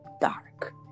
dark